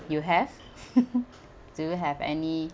you have do you have any